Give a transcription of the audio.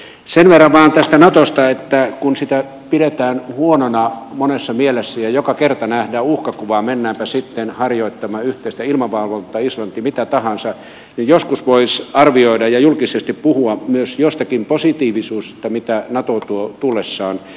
sen verran vain tästä natosta että kun sitä pidetään huonona monessa mielessä ja joka kerta nähdään uhkakuva mennäänpä sitten harjoittamaan yhteistä ilmavalvontaa islantiin mitä tahansa niin joskus voisi arvioida ja julkisesti puhua myös jostakin positiivisesta mitä nato tuo tullessaan